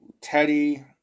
Teddy